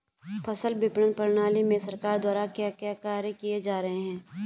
फसल विपणन प्रणाली में सरकार द्वारा क्या क्या कार्य किए जा रहे हैं?